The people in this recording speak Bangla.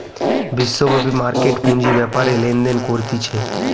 বিশ্বব্যাপী মার্কেট পুঁজি বেপারে লেনদেন করতিছে